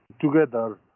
together